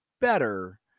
better